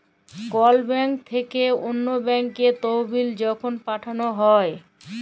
call bank থ্যাইকে অল্য ব্যাংকে তহবিল যখল পাঠাল হ্যয়